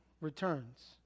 returns